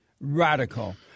radical